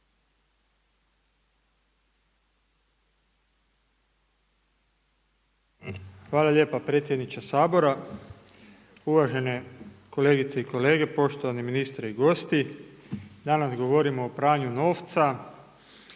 Hvala lijepa predsjedniče Sabora, uvažene kolegice i kolege, poštovani ministre i gosti. Danas govorimo o pranju novca